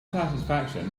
satisfaction